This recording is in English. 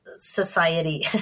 society